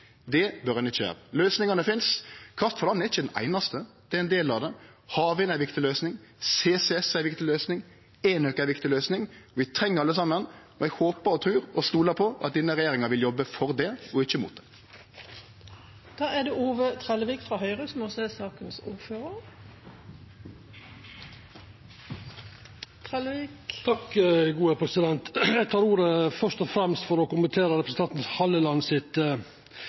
Det bør ein ikkje gjere. Løysingane finst: Kraft frå land er ikkje den einaste; det er ein del av det. Havvind er ei viktig løysing. CCS er ei viktig løysing. Enøk er ei viktig løysing. Vi treng alle saman, og eg håpar og trur og stolar på at denne regjeringa vil jobbe for det – og ikkje mot det. Eg tek ordet først og fremst for å kommentera representanten Hallelands innlegg der han tek til orde for at eg